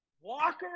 Walker